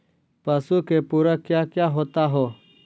पशु के पुरक क्या क्या होता हो?